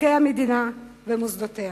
בחוקי המדינה ובמוסדותיה.